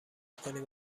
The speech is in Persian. کنیم